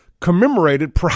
commemorated